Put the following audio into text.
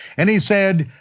and he said,